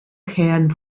herrn